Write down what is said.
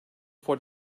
for